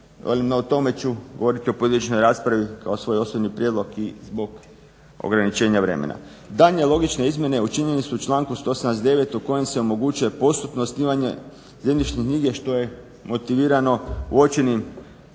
o tome ću govoriti u pojedinačnoj raspravi kao svoj osobni prijedlog i zbog ograničenja vremena. Daljnje logične izmjene učinjene su u članku 179.u kojem se omogućuje postupno osnivanje zemljišne knjige što je motivirano uočenim